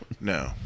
No